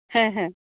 ᱦᱮᱸ ᱦᱮᱸ